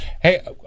Hey